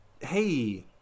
hey